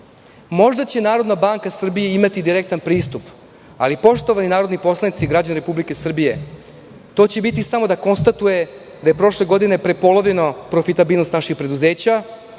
Možda će Narodna banka Srbije imati direktan pristup, ali poštovani narodni poslanici, građani Republike Srbije, to će biti samo da konstatuje da je prošle godine prepolovljena profitabilnost naših preduzeća